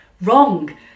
Wrong